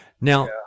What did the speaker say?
Now